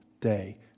day